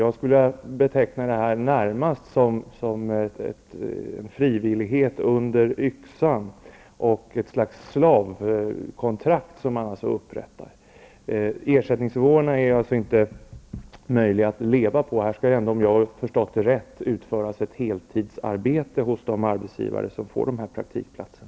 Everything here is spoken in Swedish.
Jag skulle vilja beteckna det här närmast som en frivillighet under yxan, som innebär att man upprättar ett slags slavkontrakt. Det är inte möjligt att leva på den ersättningen. Det skall ändå, om jag har förstått det rätt, utföras ett heltidsarbete hos de arbetsgivare som får de här praktikplatserna.